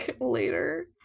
later